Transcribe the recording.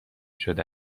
شده